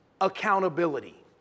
accountability